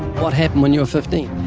what happened when you were fifteen?